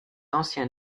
ancien